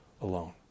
alone